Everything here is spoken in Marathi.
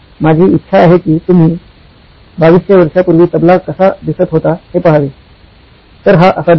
माझी इच्छा आहे कि तुम्ही २२०० वर्षांपूर्वी तबला कसा दिसत होता हे पाहावे तर हा असा दिसतो